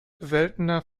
seltener